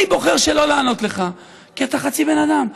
אני בוחר שלא לענות לך, כי אתה חצי בן אדם.